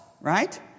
right